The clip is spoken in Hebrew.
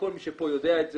כל מי שפה יודע את זה,